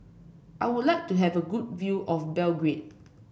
I would like to have a good view of Belgrade